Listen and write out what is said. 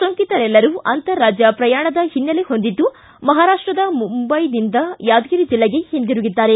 ಸೋಂಕಿತರೆಲ್ಲರೂ ಅಂತರರಾಜ್ಯ ಪ್ರಯಾಣದ ಹಿನ್ನೆಲೆ ಹೊಂದಿದ್ದು ಮಹಾರಾಷ್ಟದ ಮುಂಬೈಯಿಂದ ಯಾದಗಿರಿ ಜಿಲ್ಲೆಗೆ ಹಿಂದಿರುಗಿದ್ದಾರೆ